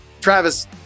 Travis